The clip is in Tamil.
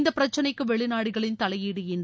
இந்த பிரச்னைக்கு வெளிநாடுகளின் தலையீடு இன்றி